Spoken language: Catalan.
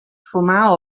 fumar